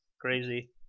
crazy